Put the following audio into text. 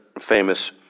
famous